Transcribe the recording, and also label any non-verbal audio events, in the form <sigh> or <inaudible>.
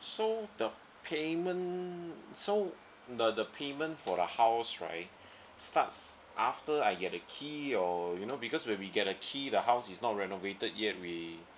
so the payment so the the payment for the house right <breath> starts after I get the key or you know because when we get the key the house is not renovated yet we <breath>